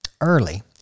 early